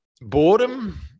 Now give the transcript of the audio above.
Boredom